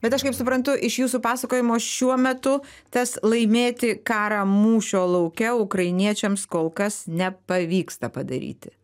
bet aš kaip suprantu iš jūsų pasakojimo šiuo metu tas laimėti karą mūšio lauke ukrainiečiams kol kas nepavyksta padaryti